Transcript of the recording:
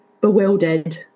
bewildered